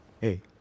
Hey